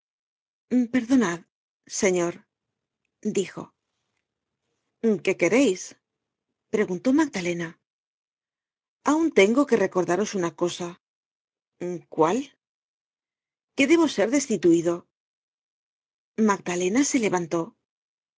search generated at qué quereis preguntó magdalena aun tengo que recordaros una cosa cuál que debo ser destituido magdalena se levantó